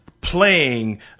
playing